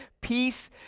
peace